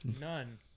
None